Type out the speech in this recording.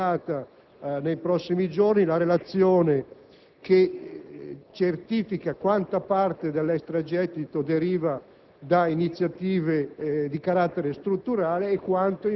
Mi auguro, Presidente, che venga presentata nei prossimi giorni la relazione che certifica quanta parte dell'extragettito derivi